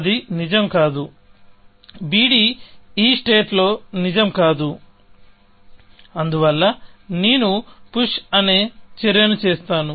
అది నిజం కాదు bd ఈ స్టేట్ లో నిజం కాదు అందువల్ల నేను పుష్ అనే చర్యను చేస్తాను